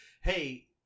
hey